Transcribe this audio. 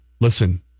listen